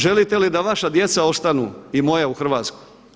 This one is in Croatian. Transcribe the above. Želi li da vaša djeca ostanu i moja u Hrvatskoj?